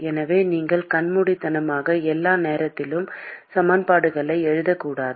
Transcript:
எனவே நீங்கள் கண்மூடித்தனமாக எல்லா நேரத்திலும் சமன்பாடுகளை எழுதக்கூடாது